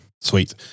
Sweet